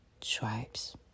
tribes